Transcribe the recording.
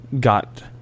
got